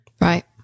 Right